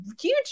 huge